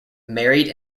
married